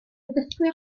dysgwyr